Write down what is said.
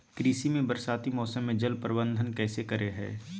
कृषि में बरसाती मौसम में जल प्रबंधन कैसे करे हैय?